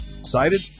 Excited